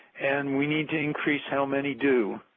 and we need to increase how many do,